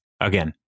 again